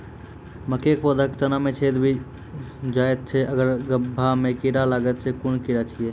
मकयक पौधा के तना मे छेद भो जायत छै आर गभ्भा मे भी कीड़ा लागतै छै कून कीड़ा छियै?